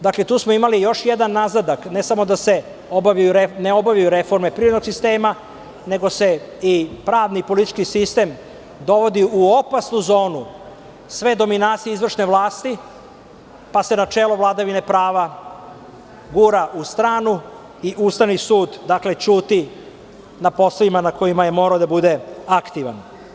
Dakle, tu smo imali još jedan nazadak, ne samo da se ne obavljaju reforme privrednog sistema, nego se i pravni i politički sistem dovodi u opasnu zonu svedominacije izvršne vlasti, pa se načelo vladavine prava gura u stranu i Ustavni sud ćuti na poslovima na kojima je morao da bude aktivan.